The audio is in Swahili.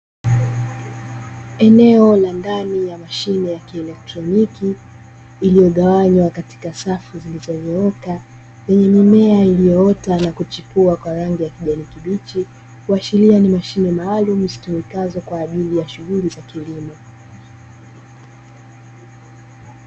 Eneo la ndani ya mashine ya kielektroniki iliyogawanywa katika safu zilizonyooka, zenye mimea iliyoota na kuchipua kwa rangi ya kijani kibichi, kuashiria ni mashine maalumu zitumikazo kwa ajili ya shughuli za kilimo.